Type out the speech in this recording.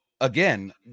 again